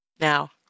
now